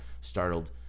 startled